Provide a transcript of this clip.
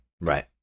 right